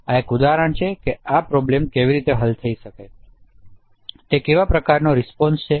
આ એક ઉદાહરણ છે કે આ પ્રોબ્લેમ કેવી રીતે હલ થઈ શકે તે કેવા પ્રકારનો રીસપોનસ છે